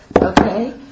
okay